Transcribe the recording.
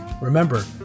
Remember